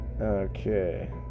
Okay